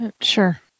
Sure